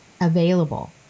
available